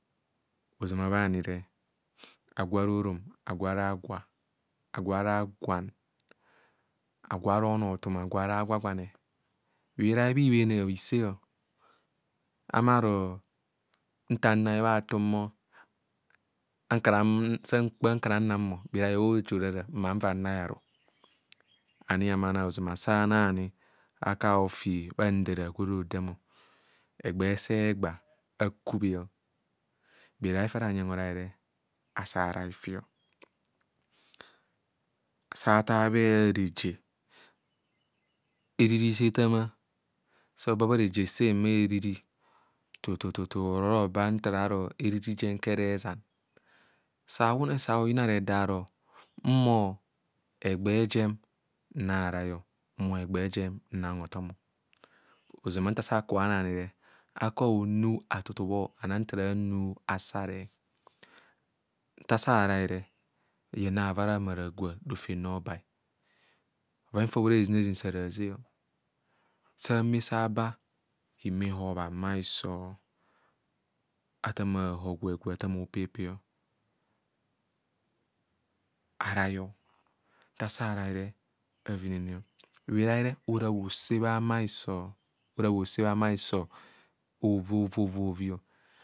Oʒama bhanire, agwo ara orom, agwo ara agwa, agwo ara onoothum, agwo araa gwagwane, bhirai hojo orara ma nva nrai aru. Ani hamma anang oʒamasa anaani, akubho aofi bha ndara gwe ora hodam ọ ɛgbee se egba, akubhe, birai fara hanyenq horai re, asa arai fe. Asa attah bhareja, eriri sa ethama sa oba bha reje sen bha eriri tu tu tu tu or ora ora oba nta ɛriri jem ekere ezang, sa awune sa ayina reda aro nhumo egbee jem nrairai o, nhumo egbee jem nnang hothomo. Ozama nta asa kubho ana ani re akubho aaonu atutu bho, anang ntara anu asare. Nta asa arai re, yen rava ra ra ragwang, rofem robai, bhoven fa bho ora heʒinaʒin sang haʒe o. Sa ame sa aba, hime hobhang bha hiso, athama hogue gwe, athama hopepe, arai ọ nta asa arai re, avinene o. Bhirai re orabbhose bha ame hiso.